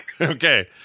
Okay